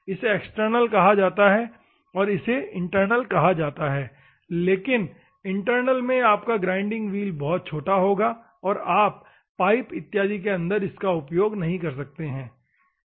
इसे एक्सटर्नल कहा जाता है इसे इंटरनल कहा जाता है लेकिन इंटरनल में आपका ग्राइंडिंग व्हील बहुत छोटा होगा और आप पाइप इत्यादि के अंदर इसे उपयोग कर सकते हैं ठीक है